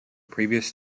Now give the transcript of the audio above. previous